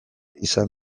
izan